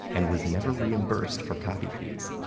and was never reimbursed for copy fees.